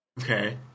Okay